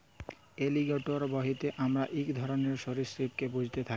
alligator বইলতে আমরা ইক ধরলের সরীসৃপকে ব্যুঝে থ্যাকি